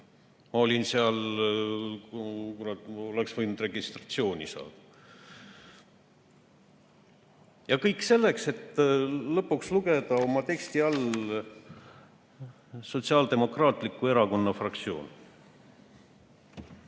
maaelukomisjonis, ma oleks võinud seal registratsiooni saada. Ja kõik selleks, et lõpuks lugeda oma teksti alt "Sotsiaaldemokraatliku Erakonna fraktsioon".